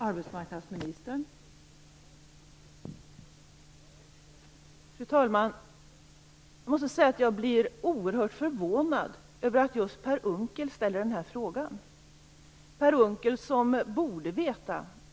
Fru talman! Jag måste säga att jag blir oerhört förvånad över att just Per Unckel ställer den här frågan.